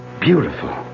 beautiful